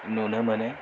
नुनो मोनो